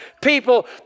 people